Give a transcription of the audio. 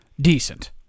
decent